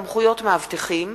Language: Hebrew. (סמכויות מאבטחים),